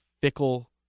Fickle